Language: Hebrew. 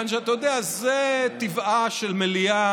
אתה יודע, זה טבעה של מליאה,